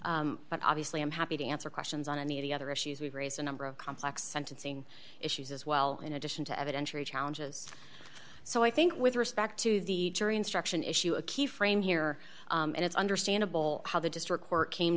but obviously i'm happy to answer questions on any of the other issues we've raised a number of complex sentencing issues as well in addition to evidentiary challenges so i think with respect to the jury instruction issue a key frame here and it's understandable how the district court came